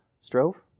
strove